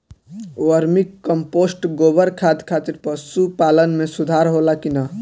Vermi compost गोबर खाद खातिर पशु पालन में सुधार होला कि न?